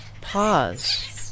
pause